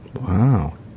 Wow